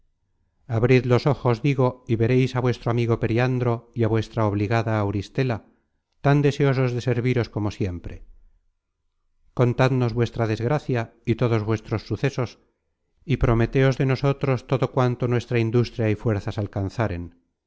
abrid los ojos digo y vereis á vuestro amigo pe riandro y á vuestra obligada auristela tan deseosos de serviros como siempre contadnos vuestra desgracia y todos vuestros sucesos y prometéos de nosotros todo cuanto nuestra industria y fuerzas alcanzaren